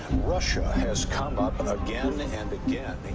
russia has come up and again and again.